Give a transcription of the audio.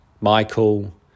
Michael